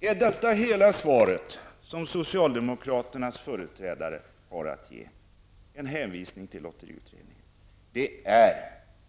Är detta hela det svar som socialdemokraternas företrädare har att ge -- en hänvisning till lotteriutredningen?